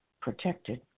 protected